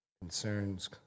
concerns